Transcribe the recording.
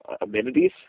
amenities